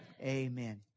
Amen